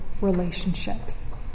relationships